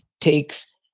takes